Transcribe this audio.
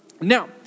Now